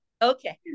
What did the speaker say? Okay